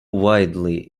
wildly